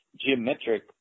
geometric